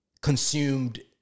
consumed